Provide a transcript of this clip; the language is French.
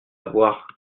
voir